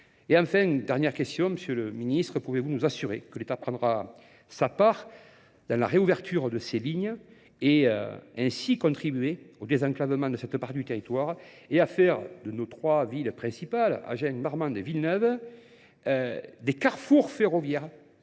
Et enfin, dernière question. Monsieur le ministre, pouvez-vous nous assurer que l'État prendra sa part dans la réouverture de ces lignes et ainsi contribuer au désenclavement de cette part du territoire et à faire de nos trois villes principales, Agen, Marmande et Villeneuve, des carrefour ferrovia